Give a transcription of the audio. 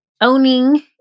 owning